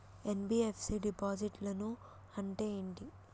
NBFC డిపాజిట్లను అంటే ఏంటి?